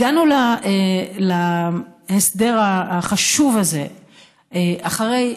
הגענו להסדר החשוב הזה אחרי,